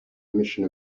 emission